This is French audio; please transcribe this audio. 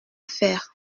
faire